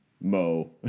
Mo